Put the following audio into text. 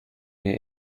mir